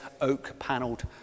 oak-panelled